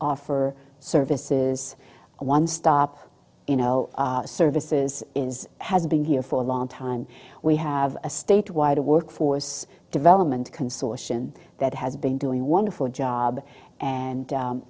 offer services one stop you know services is has been here for a long time we have a statewide a workforce development consortium that has been doing a wonderful job and